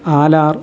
ആലാർ